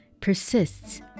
persists